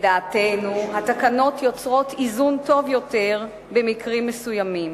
לדעתנו התקנות יוצרות איזון טוב יותר במקרים מסוימים.